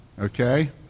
Okay